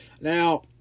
Now